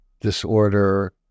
disorder